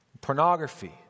pornography